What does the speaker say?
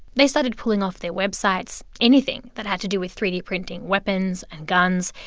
they started pulling off their websites, anything that had to do with three d printing weapons and guns.